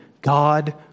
God